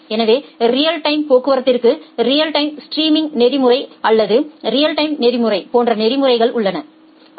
எனவே real time போக்குவரத்திற்கு real time streaming நெறிமுறை அல்லது ரியல் டைம் நெறிமுறை போன்ற நெறிமுறைகள் உள்ளன அர்